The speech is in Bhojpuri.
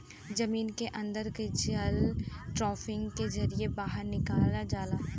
जमीन के अन्दर के जल के ड्राफ्टिंग के जरिये बाहर निकाल जाला